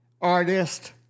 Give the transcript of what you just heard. artist